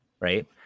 Right